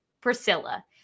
Priscilla